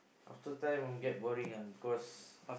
after time get boring ah because